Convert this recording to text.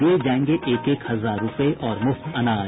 दिये जायेंगे एक एक हजार रूपये और मुफ्त अनाज